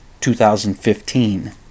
2015